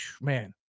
Man